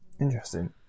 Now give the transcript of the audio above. Interesting